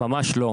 ממש לא,